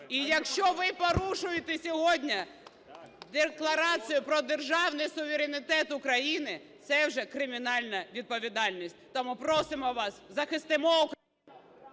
і якщо ви порушуєте сьогодні Декларацію про державний суверенітет України, це вже кримінальна відповідальність. Тому просимо вас, захистимо Україну...